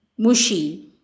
mushi